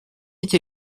эти